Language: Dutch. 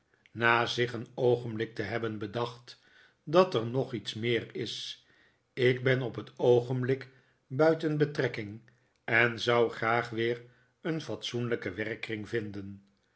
na zich een oogenblik te hebben bedacht dat er nog iets meer is ik ben op het oogenblik buiten betrekking en zou graag weer een fatsoenlijke werkkring vinden